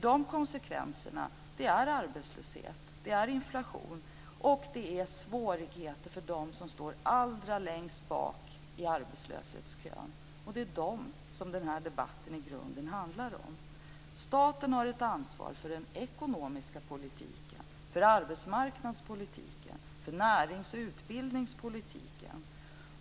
De konsekvenserna är arbetslöshet, inflation och svårigheter för dem som står allra längst bak i arbetslöshetskön, och det är dem som den här debatten i grunden handlar om. Staten har ett ansvar för den ekonomiska politiken, för arbetsmarknadspolitiken och närings och utbildningspolitiken.